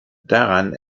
daran